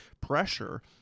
pressure